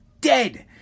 dead